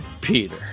Peter